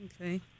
Okay